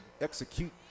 execute